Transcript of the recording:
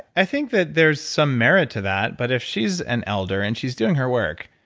i think that there's some merit to that, but if she's an elder and she's doing her work,